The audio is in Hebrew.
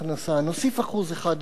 נוסיף 1% למע"מ,